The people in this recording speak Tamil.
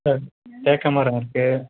ஆ தேக்கு மரம் இருக்குது